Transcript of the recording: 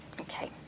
Okay